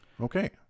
Okay